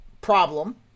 problem